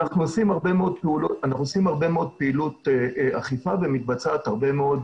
אנחנו עושים הרבה מאוד פעילות אכיפה ומתבצעת הרבה מאוד